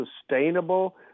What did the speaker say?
sustainable